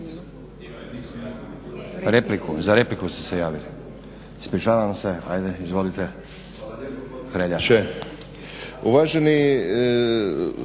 ne čuje./… Za repliku ste se javili? Ispričavam se, ajde izvolite Hrelja.